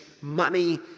money